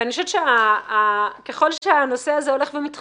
אני חושבת שככל שהנושא הזה הולך ומתחדד,